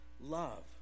love